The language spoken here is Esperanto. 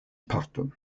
parton